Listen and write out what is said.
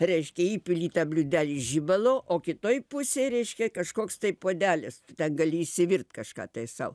reiškia įpili į tą bliūdelį žibalo o kitoj pusėj reiškia kažkoks tai puodelis ten gali išsivirt kažką tai sau